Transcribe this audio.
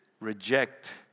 reject